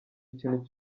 ikintu